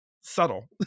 subtle